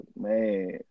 man